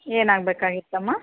ಏನಾಗಬೇಕಾಗಿತ್ತಮ್ಮ